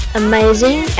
amazing